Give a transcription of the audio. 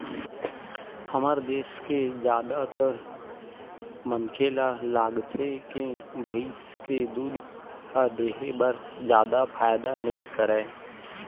हमर देस के जादातर मनखे ल लागथे के भइस के दूद ह देहे बर जादा फायदा नइ करय